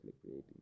creating